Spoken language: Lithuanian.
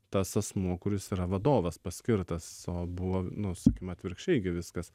tas asmuo kuris yra vadovas paskirtas o buvo nu sakykim atvirkščiai gi viskas